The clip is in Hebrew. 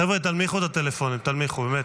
חבר'ה, תנמיכו את הטלפונים, תנמיכו, באמת.